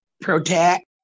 Protect